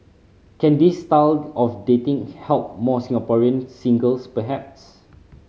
can this style of dating help more Singaporean singles perhaps